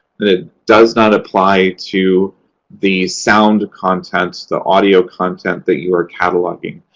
and it does not apply to the sound content, the audio content that you are cataloging.